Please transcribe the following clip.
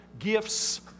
gifts